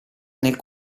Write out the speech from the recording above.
nel